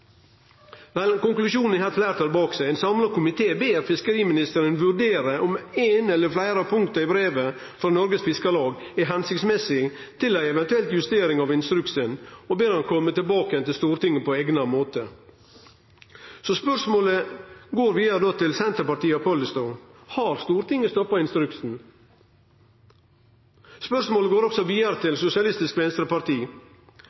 konklusjonen er at ein har eit fleirtal bak seg: Ein samla komité ber fiskeriministeren vurdere om eitt eller fleire av punkta i brevet frå Noregs Fiskarlag er hensiktsmessig for ei eventuell justering av instruksen, og ber han kome tilbake til Stortinget på eigna måte. Så spørsmålet går då vidare til Senterpartiet og Pollestad: Har Stortinget stoppa instruksen? Spørsmålet går også vidare